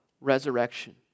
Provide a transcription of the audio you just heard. resurrection